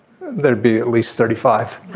there'd be at least thirty five